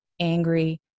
angry